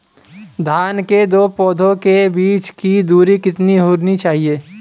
धान के दो पौधों के बीच की दूरी कितनी होनी चाहिए?